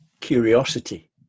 curiosity